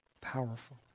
powerful